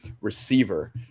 receiver